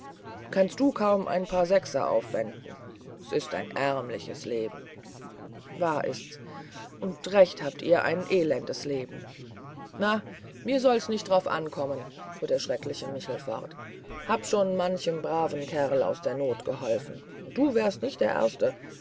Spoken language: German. kannst du kaum ein paar sechser aufwenden s ist ein ärmlich leben wahr ist's und recht habt ihr ein elendes leben na mir soll's nicht drauf ankommen fuhr der schreckliche michel fort hab schon manchem braven kerl aus der not geholfen und du wärst nicht der erste